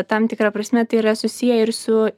tam tikra prasme tai yra susiję ir su